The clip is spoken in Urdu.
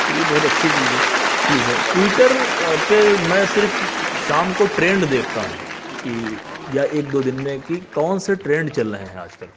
تو یہ بہت اچھی چیز ہے چیز ہے ٹوئیٹر پہ میں صرف شام کو ٹرینڈ دیکھتا ہوں کہ یا ایک دو دن میں کہ کون سے ٹرینڈ چل رہے ہیں آج کل